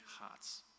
hearts